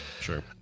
sure